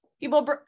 People